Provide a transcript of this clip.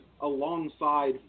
alongside